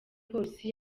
polisi